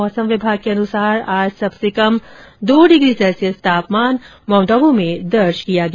मौसम विभाग के अनुसार आज सबसे कम दो डिग्री सैल्सियस तापमान माउंट आबू में दर्ज किया गया